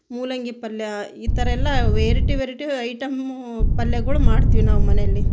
ಮೂಲಂಗಿ ಪಲ್ಯ ಈ ಥರ ಎಲ್ಲ ವೆರೆಟಿ ವೆರೆಟಿ ಐಟಮ್ ಪಲ್ಯಗಳು ಮಾಡ್ತೀವಿ ನಾವು ಮನೆಯಲ್ಲಿ